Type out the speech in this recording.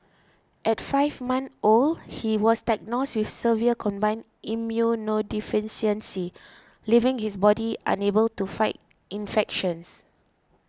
at five months old he was diagnosed with severe combined immunodeficiency leaving his body unable to fight infections